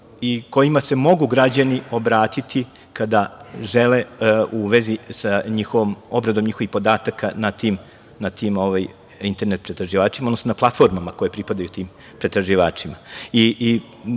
i kojima se mogu građani obratiti kada žele u vezi sa obradom njihovih podataka na tim internet pretraživačima, odnosno na platformama koje pripadaju tim pretraživačima. Pošteno